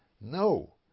No